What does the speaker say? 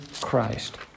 Christ